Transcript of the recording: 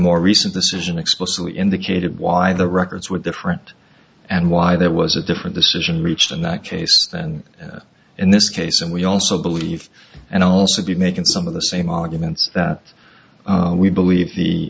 more recent decision explicitly indicated why the records were different and why there was a different decision reached in that case than in this case and we also believe and also be making some of the same arguments that we believe the